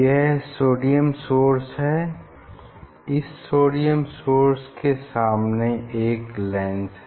यह sodium source है इस सोडियम सोर्स के सामने एक लेंस है